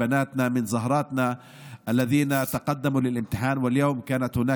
מבנותינו, מהפרחים שלנו שניגשו למבחן.